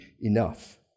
enough